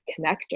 connector